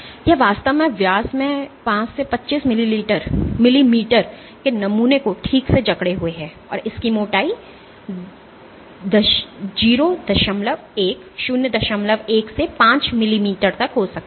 तो यह वास्तव में व्यास में 5 से 25 मिलीमीटर के नमूने को ठीक से जकड़े हुए है और इसकी मोटाई 01 से 5 मिलीमीटर तक हो सकती है